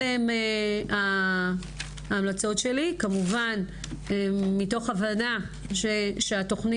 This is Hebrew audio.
אלה הן ההמלצות שלי, כמובן מתוך הבנה שבתוכנית,